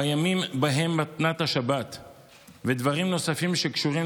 בימים שבהם מתנת השבת ודברים נוספים שקשורים